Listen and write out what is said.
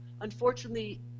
Unfortunately